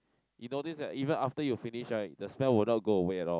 you notice that even after you finish right the smell would not go away at all